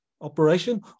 operation